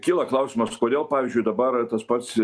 kyla klausimas kodėl pavyzdžiui dabar tas pats